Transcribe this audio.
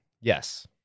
yes